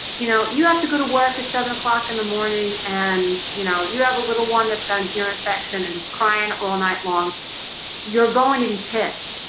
you know, you have to go to work at seven o'clock in the morning and you know, you have a little one that's got an ear infection and is crying all night long you're going to be pissed.